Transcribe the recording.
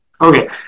Okay